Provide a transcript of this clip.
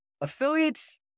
affiliates